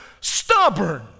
stubborn